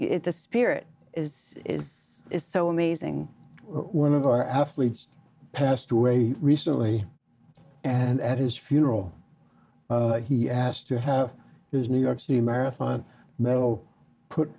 it's a spirit is is is so amazing one of our athletes passed away recently and at his funeral he asked to have his new york city marathon medal put